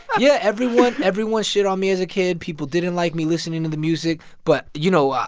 yeah everyone everyone shit on me as a kid. people didn't like me listening to the music. but, you know,